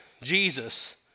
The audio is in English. Jesus